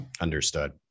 Understood